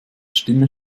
stimme